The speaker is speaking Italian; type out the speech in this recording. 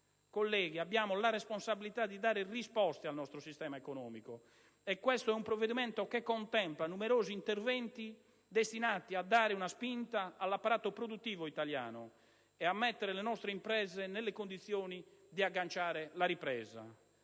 Colleghi, abbiamo la responsabilità di dare risposte al nostro sistema economico, e questo è un provvedimento che contempla numerosi interventi destinati a dare una spinta all'apparato produttivo italiano e a mettere le nostre imprese nelle condizioni di agganciare la ripresa.